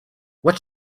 what